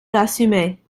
l’assumer